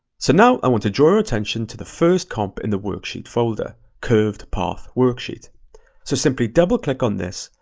so now, i want to draw your attention to the first comp in the worksheet folder, curved path worksheet. so simply double click on this,